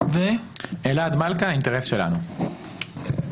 אלעד מלכא "האינטרס שלנו".